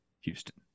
Houston